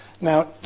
Now